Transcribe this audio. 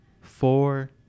four